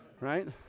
right